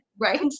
Right